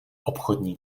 obchodní